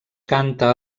canta